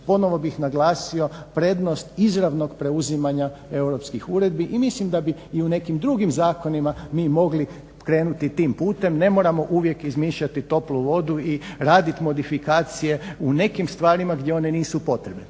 ponovo bih naglasio prednost izravnog preuzimanja europskih uredbi. I mislim da bi i u nekim drugim zakonima mi mogli krenuti tim putem. Ne moramo uvijek izmišljati toplu vodu i raditi modifikacije u nekim stvarima gdje one nisu potrebne.